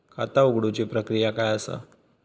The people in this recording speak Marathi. खाता उघडुची प्रक्रिया काय असा?